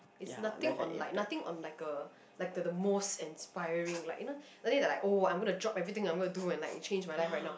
it's nothing on like nothing on like a like a the most inspiring like you know whether is like oh I want to drop anything I going to do and like it change my life I know